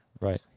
right